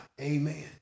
Amen